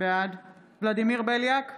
בעד ולדימיר בליאק,